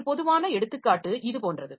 ஒரு பொதுவான எடுத்துக்காட்டு இது போன்றது